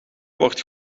wordt